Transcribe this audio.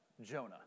Jonah